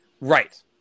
Right